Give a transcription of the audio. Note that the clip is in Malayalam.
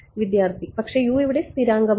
വിദ്യാർത്ഥി പക്ഷേ U ഇവിടെ സ്ഥിരാങ്കം അല്ല